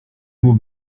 mots